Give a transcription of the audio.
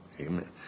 Amen